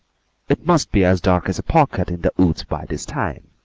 it must be as dark as a pocket in the woods by this time,